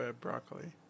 broccoli